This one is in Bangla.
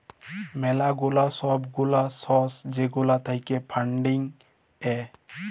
ম্যালা গুলা সব গুলা সর্স যেগুলা থাক্যে ফান্ডিং এ